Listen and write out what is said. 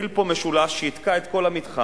יתחיל פה משולש שיתקע את כל המתחם,